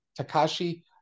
Takashi